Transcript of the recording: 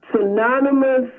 synonymous